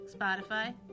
Spotify